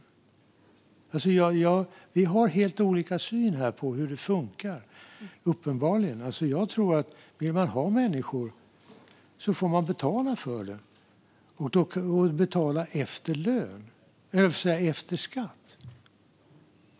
Vi har uppenbarligen helt olika syn på hur det funkar här. Jag tror att om man vill ha människor får man betala för det, och då handlar det om lön efter skatt.